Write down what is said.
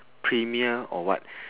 premier or what